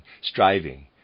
striving